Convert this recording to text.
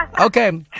Okay